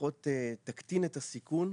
לפחות תקטין את הסיכון,